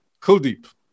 Kuldeep